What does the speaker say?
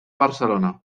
barcelona